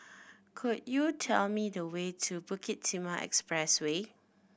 could you tell me the way to Bukit Timah Expressway